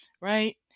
right